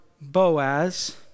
Boaz